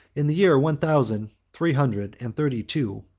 in the year one thousand three hundred and thirty-two,